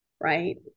right